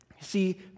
see